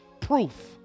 proof